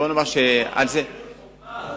שימוש מופרז.